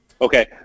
okay